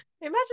Imagine